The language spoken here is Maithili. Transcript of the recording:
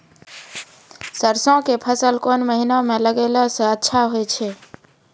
सरसों के फसल कोन महिना म लगैला सऽ अच्छा होय छै?